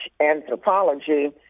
anthropology